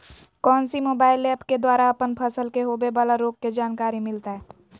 कौन सी mobile app के द्वारा अपन फसल के होबे बाला रोग के जानकारी मिलताय?